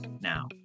now